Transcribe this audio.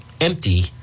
empty